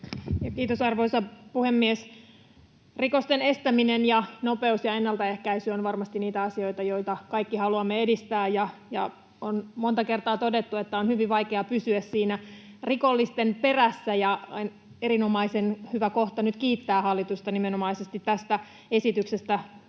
Kiitos, arvoisa puhemies! Nopeus ja rikosten estäminen, ennaltaehkäisy, ovat varmasti niitä asioita, joita kaikki haluamme edistää. On monta kertaa todettu, että on hyvin vaikea pysyä siinä rikollisten perässä, ja on erinomaisen hyvä kohta nyt kiittää hallitusta nimenomaisesti tästä esityksestä,